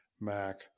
Mac